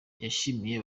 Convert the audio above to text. yashimiye